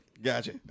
Gotcha